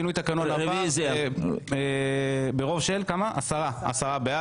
שינוי התקנון עבר ברוב של 10 בעד,